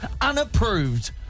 unapproved